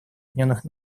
объединенных